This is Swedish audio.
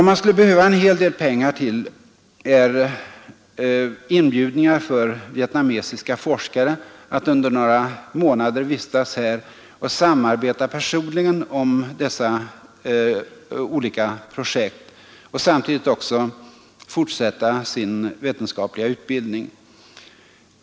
Man skulle behöva en hel del pengar till inbjudningar för vietnamesiska forskare att under några månader vistas här och samarbeta personligen om dessa olika projekt och samtidigt också fortsätta sin vetenskapliga utbildning.